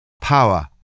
Power